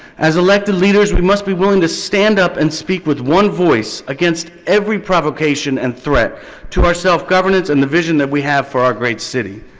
as elected leaders we must we willing to stand up and speak with one voice against every provocation and threat to our self-governance and the vision that we have for our great city.